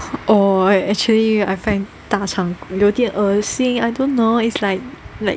orh like actually I think 大肠有点恶心 I don't know it's like like